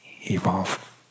evolve